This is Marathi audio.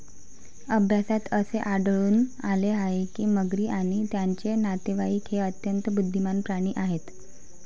अभ्यासात असे आढळून आले आहे की मगरी आणि त्यांचे नातेवाईक हे अत्यंत बुद्धिमान प्राणी आहेत